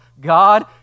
God